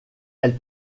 elle